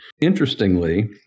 Interestingly